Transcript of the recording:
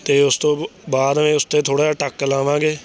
ਅਤੇ ਉਸ ਤੋਂ ਬਾਅਦ ਉਸ 'ਤੇ ਥੋੜ੍ਹਾ ਜਿਹਾ ਟੱਕ ਲਾਵਾਂਗੇ